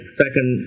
second